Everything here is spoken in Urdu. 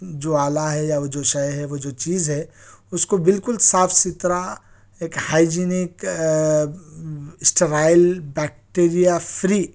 جو آلا ہے یا وہ جو شے ہے وہ جو چیز ہے اس کو بالکل صاف ستھرا ایک ہائیجینک اسٹرائل بیکٹریا فری